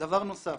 דבר נוסף,